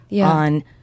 on